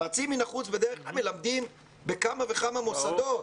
מרצים מן החוץ בדרך כלל מלמדים בכמה וכמה מוסדות.